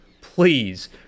Please